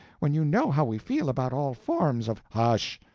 when you know how we feel about all forms of hush!